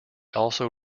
also